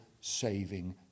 saving